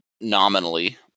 nominally